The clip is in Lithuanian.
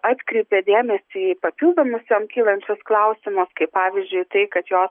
atkreipė dėmesį į papildomus jom kylančius klausimus kaip pavyzdžiui tai kad jo